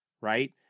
Right